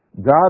God